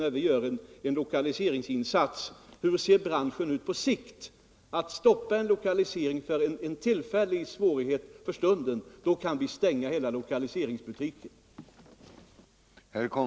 När vi gör en lokaliseringsinsats måste vi vägledas av hur branschen ser ut på sikt. Skall vi stoppa en lokalisering på grund av en svårighet för stunden, då kan vi stänga hela lokaliseringsbutiken.